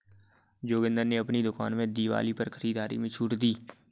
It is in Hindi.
जोगिंदर ने अपनी दुकान में दिवाली पर खरीदारी में छूट दी